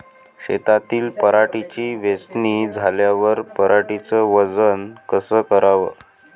शेतातील पराटीची वेचनी झाल्यावर पराटीचं वजन कस कराव?